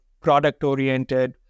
product-oriented